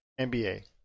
NBA